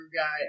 Guy